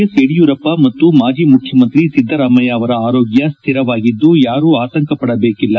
S Yediyurappa ಮತ್ತು ಮಾಜಿ ಮುಖ್ಯಮಂತ್ರಿ ಸಿದ್ದರಾಮಯ್ಯ ಅವರ ಆರೋಗ್ಟ ಸ್ಥಿರವಾಗಿದ್ದು ಯಾರೂ ಆತಂಕಪಡಬೇಕಿಲ್ಲ